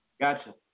Gotcha